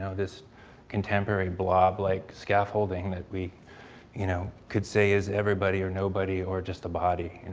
so this contemporary blob like scaffolding that we you know could say is everybody or nobody or just a body. and